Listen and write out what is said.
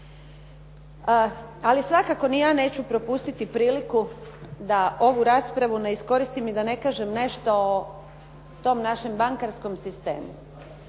Ali svakako ni ja neću propustiti priliku da ovu raspravu ne iskoristi i ne kažem nešto o tom našem bankarskom sistemu.